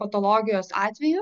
patologijos atveju